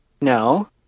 No